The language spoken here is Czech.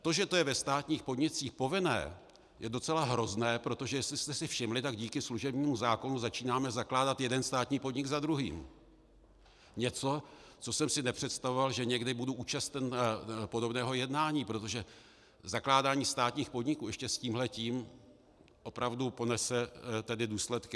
To, že to je ve státních podnicích povinné, je docela hrozné, protože jestli jste si všimli, tak díky služebnímu zákonu začínáme zakládat jeden státní podnik za druhým, něco, co jsem si nepředstavoval, že někdy budu účasten podobného jednání, protože zakládání státních podniků ještě s tímhle opravdu ponese důsledky.